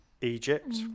Egypt